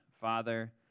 Father